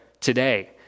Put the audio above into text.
today